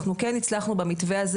אנחנו כן הצלחנו במתווה הזה,